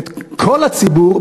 כל הציבור,